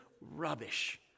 rubbish